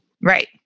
right